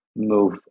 move